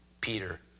Peter